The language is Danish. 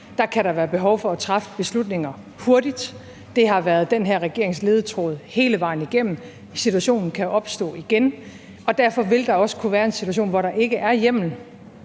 kan der være behov for at træffe beslutninger hurtigt; det har været den her regerings ledetråd hele vejen igennem. Situationen kan opstå igen, og derfor vil der også kunne være en situation, hvor der ikke er hjemmel